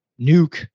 nuke